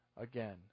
again